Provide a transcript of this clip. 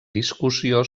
discussió